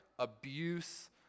abuse